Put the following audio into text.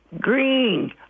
green